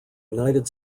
united